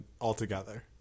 altogether